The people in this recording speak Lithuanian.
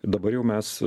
dabar jau mes